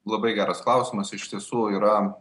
labai geras klausimas iš tiesų yra